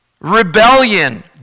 rebellion